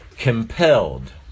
Compelled